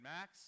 Max